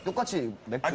got the